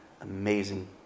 amazing